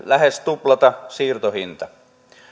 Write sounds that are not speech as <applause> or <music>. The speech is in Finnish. <unintelligible> lähes tuplata siirtohinta